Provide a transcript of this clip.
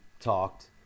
talked